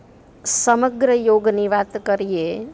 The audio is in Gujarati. સમગ્ર યોગની વાત કરીએ